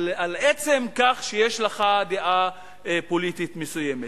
על עצם כך שיש לך דעה פוליטית מסוימת.